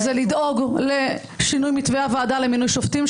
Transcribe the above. -- זה לדאוג לשינוי מתווה הוועדה למינוי שופטים,